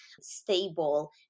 stable